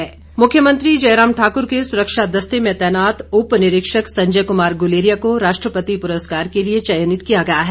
पुरस्कार मुख्यमंत्री जयराम ठाकुर के सुरक्षा दस्ते में तैनात उप निरीक्षक संजय कुमार गुलेरिया को राष्ट्रपति पुरस्कार के लिए चयनित किया गया है